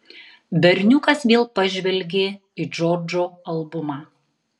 berniukas vėl pažvelgė į džordžo albumą